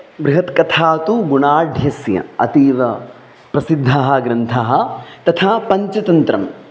बृहत्कथा तु गुणाढ्यस्य अतीव प्रसिद्धः ग्रन्थः तथा पञ्चतन्त्रम्